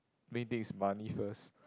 mayday is money first